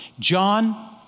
John